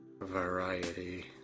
Variety